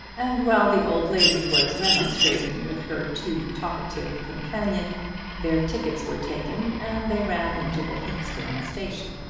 and while the old lady was remonstrating with her too talkative companion their tickets were taken and they ran into the hinxton station.